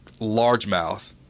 largemouth